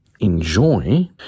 enjoy